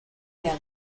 their